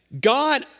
God